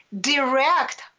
direct